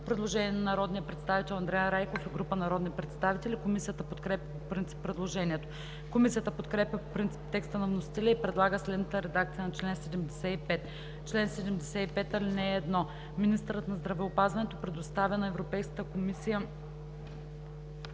предложение на народния представител Андриан Райков и група народни представители. Комисията подкрепя по принцип предложението. Комисията подкрепя по принцип текста на вносителя и предлага следната редакция на чл. 75: „Чл. 75. (1) Министърът на здравеопазването предоставя на Европейската комисия